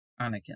Anakin